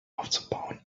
aufzubauen